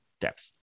depth